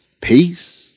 peace